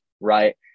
right